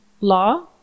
law